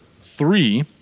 three